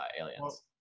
aliens